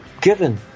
given